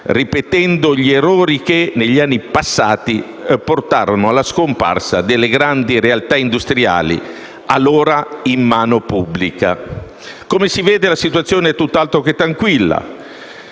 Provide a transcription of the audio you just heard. ripetendo gli errori che negli anni passati portarono alla scomparsa delle grandi realtà industriali allora in mano pubblica. Come si vede, la situazione è tutt'altro che tranquilla.